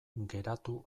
geratu